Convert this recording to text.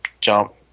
jump